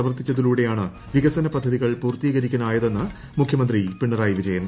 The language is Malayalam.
പ്രവർത്തിച്ചതിലൂടെയാണ് വികസനപദ്ധതികൾ പൂർത്തികരിക്കാനായതെന്ന് മുഖ്യമന്ത്രി പിണറായി വിജയൻ